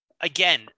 again